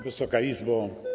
Wysoka Izbo!